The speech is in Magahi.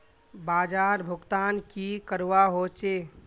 बाजार भुगतान की करवा होचे?